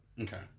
Okay